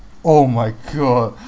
oh my god